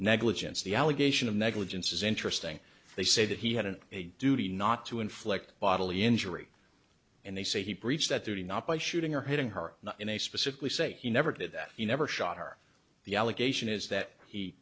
negligence the allegation of negligence is interesting they say that he had an a duty not to inflict bodily injury and they say he preached that thirty not by shooting or hitting her in a specifically say he never did that he never shot her the allegation is that he